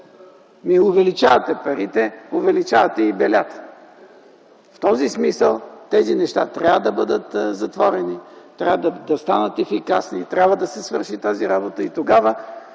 Увеличавате парите, увеличавате и белята. В този смисъл тези неща трябва да бъдат затворени, трябва да станат ефикасни. Трябва да се свърши тази работа и тогава,